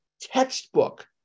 textbook